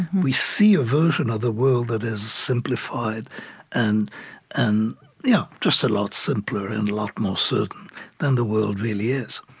we see a version of the world that is simplified and and yeah just a lot simpler and a lot more certain than the world really is.